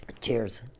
Cheers